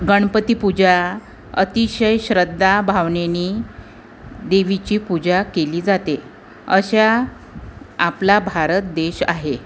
गणपती पूजा अतिशय श्रद्धाभावनेने देवीची पूजा केली जाते असा आपला भारत देश आहे